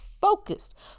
focused